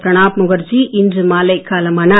பிரணாப் முகர்ஜி இன்று மாலை காலமானார்